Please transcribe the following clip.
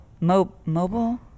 mobile